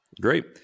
Great